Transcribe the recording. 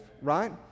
right